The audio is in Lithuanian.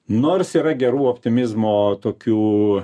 nors yra gerų optimizmo tokių